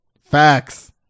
Facts